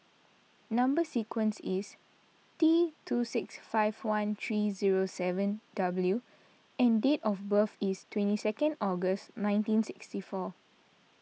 Number Sequence is T two six five one three zero seven W and date of birth is twenty second August nineteen sixty four